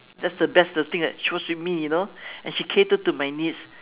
that's the best the thing that she was with me you know and she cater to my needs